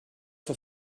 for